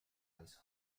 ice